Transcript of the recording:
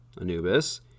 Anubis